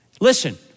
Listen